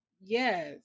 yes